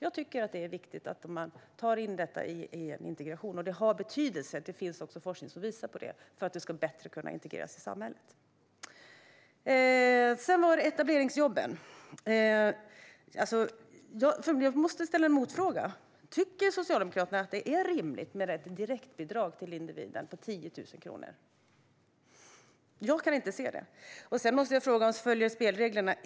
Jag tycker att det är viktigt att detta tas med i integrationen. Det finns forskning som visar att det har betydelse för att man ska kunna integreras i samhället på ett bättre sätt. Sedan var det etableringsjobben. Här måste jag ställa en motfråga: Tycker Socialdemokraterna att det är rimligt med ett direktbidrag på 10 000 kronor till individen? Jag kan inte se det. Jag måste också ställa en fråga om att följa spelreglerna.